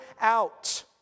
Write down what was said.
out